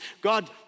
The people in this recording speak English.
God